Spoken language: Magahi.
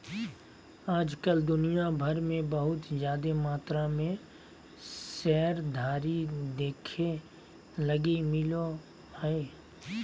आज कल दुनिया भर मे बहुत जादे मात्रा मे शेयरधारी देखे लगी मिलो हय